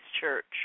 Church